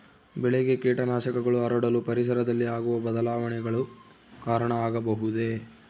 ಬೆಳೆಗೆ ಕೇಟನಾಶಕಗಳು ಹರಡಲು ಪರಿಸರದಲ್ಲಿ ಆಗುವ ಬದಲಾವಣೆಗಳು ಕಾರಣ ಆಗಬಹುದೇ?